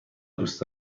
دوست